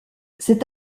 cet